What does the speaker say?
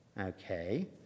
Okay